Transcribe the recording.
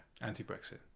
Anti-Brexit